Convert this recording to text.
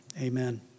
Amen